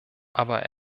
aber